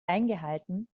eingehalten